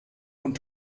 von